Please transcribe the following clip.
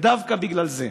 ודווקא בגלל זה,